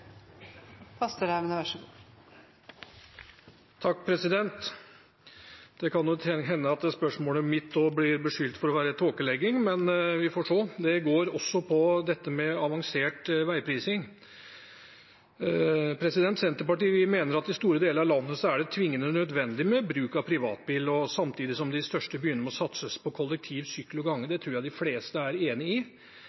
Det kan godt hende at jeg med spørsmålet mitt også blir beskyldt for tåkelegging, men vi får se. Det går også på avansert veiprising. Senterpartiet mener at i store deler av landet er det tvingende nødvendig med bruk av privatbil, samtidig som det i de største byene må satses på kollektiv, sykkel og gange, det tror jeg de